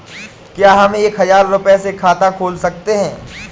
क्या हम एक हजार रुपये से खाता खोल सकते हैं?